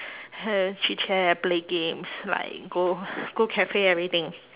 chit-chat play games like go go cafe everything